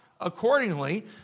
accordingly